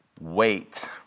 Wait